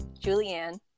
Julianne